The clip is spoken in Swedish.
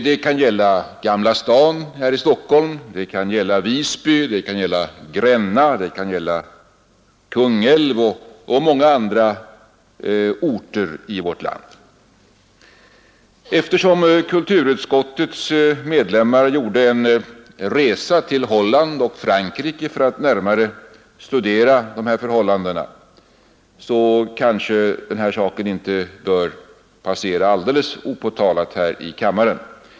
Det kan gälla Gamla stan här i Stockholm, det kan gälla Visby, det kan gälla Gränna, det kan gälla Kungälv och många andra orter i vårt land. Eftersom kulturutskottets medlemmar gjort en resa i Holland och Frankrike för att närmare studera dessa förhållanden, bör kanske denna sak inte passera alldeles opåtalt i kammaren.